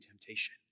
temptation